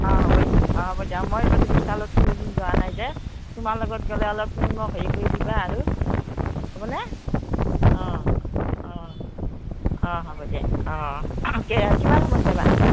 অঁ হ'ব দিয়ক অঁ হ'ব দিয়ক মই ইমান বিচালত কোনোদিন যোৱা নাই যে তোমাৰ লগত গ'লে অলপ মোক হেৰি কৰি দিবা আৰু হ'বনে অঁ অঁ অঁ হ'ব দেিয় অঁ কিমান সময়ত যাবা